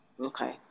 Okay